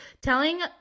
telling